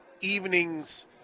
evenings